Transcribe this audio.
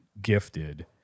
gifted